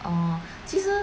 orh 其实